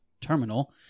terminal